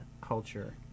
culture